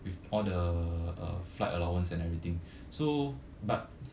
with all the flight allowance and everything so but